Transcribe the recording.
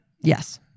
Yes